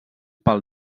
pel